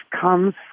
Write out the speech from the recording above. comes